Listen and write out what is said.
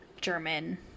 German